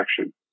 action